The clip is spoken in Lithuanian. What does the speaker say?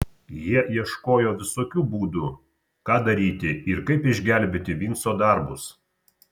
jie ieškojo visokių būdų ką daryti ir kaip išgelbėti vinco darbus